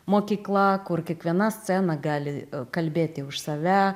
mokykla kur kiekviena scena gali kalbėti už save